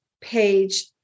page